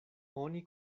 oni